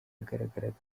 yagaragaraga